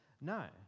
no